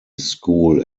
school